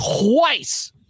twice